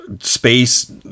space